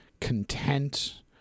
content